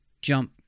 jump